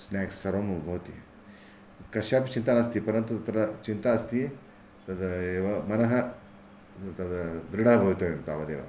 snacks सर्वं भवति कस्यापि चिन्ता नास्ति परन्तु तत्र चिन्ता अस्ति तद् एव मनः तत् दृढः भवितव्यं तावदेव